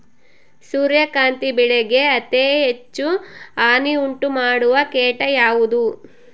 ಸೂರ್ಯಕಾಂತಿ ಬೆಳೆಗೆ ಅತೇ ಹೆಚ್ಚು ಹಾನಿ ಉಂಟು ಮಾಡುವ ಕೇಟ ಯಾವುದು?